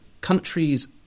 countries